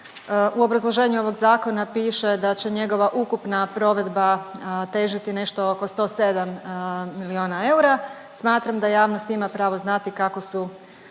U obrazloženju ovog Zakona piše da će njegova ukupna provedba težiti nešto oko 107 milijuna eura. Smatram da javnost ima pravo znati kako su